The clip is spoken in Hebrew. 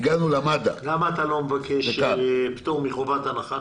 למה אתה לא מבקש פטור מחובת הנחה?